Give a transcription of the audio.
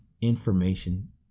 information